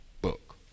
book